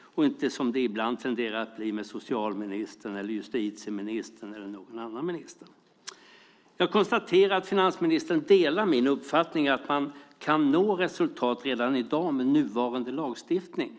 och inte som det ibland tenderar att bli med socialministern, justitieministern eller någon annan minister. Jag konstaterar att finansministern delar min uppfattning att man kan nå resultat redan i dag med nuvarande lagstiftning.